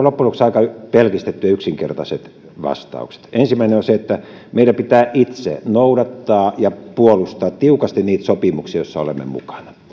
lopuksi aika pelkistetyt ja yksinkertaiset vastaukset ensimmäinen on se että meidän pitää itse noudattaa ja puolustaa tiukasti niitä sopimuksia joissa olemme mukana